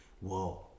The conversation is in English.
whoa